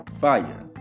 fire